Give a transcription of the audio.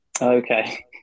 Okay